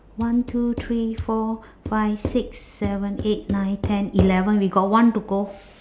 one two three four five six seven eight nine ten eleven we got one to go